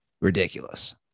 ridiculous